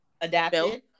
adapted